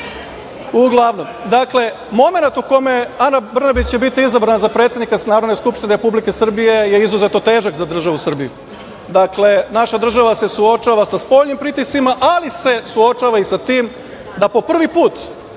trenutak. Dakle, momenat u kome će Ana Brnabić biti izabrana za predsednika Narodne skupštine Republike Srbije je izuzetno težak za državu Srbiju. Naša država se suočava sa spoljnim pritiscima, ali se suočava i sa tim da po prvi put